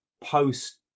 post